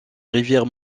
rivière